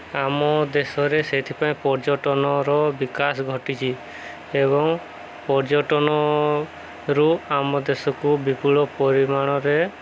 ଆମ ଦେଶରେ ସେଥିପାଇଁ ପର୍ଯ୍ୟଟନର ବିକାଶ ଘଟିଛି ଏବଂ ପର୍ଯ୍ୟଟନରୁ ଆମ ଦେଶକୁ ବିପୁଳ ପରିମାଣରେ